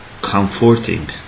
comforting